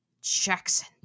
Jackson